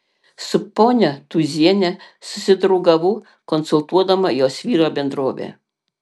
su ponia tūziene susidraugavau konsultuodama jos vyro bendrovę